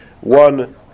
one